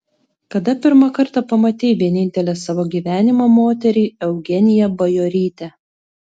kada pirmą kartą pamatei vienintelę savo gyvenimo moterį eugeniją bajorytę